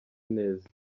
neza